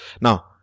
Now